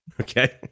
okay